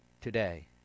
today